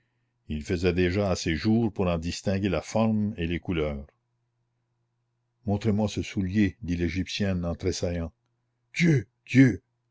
il faisait déjà assez jour pour en distinguer la forme et les couleurs montrez-moi ce soulier dit l'égyptienne en tressaillant dieu dieu